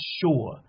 sure